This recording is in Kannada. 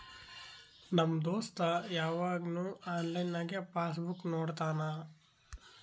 ನಮ್ ದೋಸ್ತ ಯವಾಗ್ನು ಆನ್ಲೈನ್ನಾಗೆ ಪಾಸ್ ಬುಕ್ ನೋಡ್ತಾನ